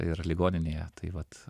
ir ligoninėje tai vat